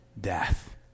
death